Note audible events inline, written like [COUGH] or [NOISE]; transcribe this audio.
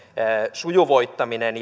sujuvoittaminen [UNINTELLIGIBLE]